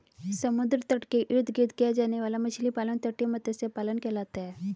समुद्र तट के इर्द गिर्द किया जाने वाला मछली पालन तटीय मत्स्य पालन कहलाता है